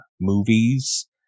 movies